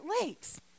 Lakes